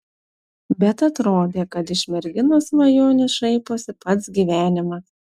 bet atrodė kad iš merginos svajonių šaiposi pats gyvenimas